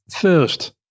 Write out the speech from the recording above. First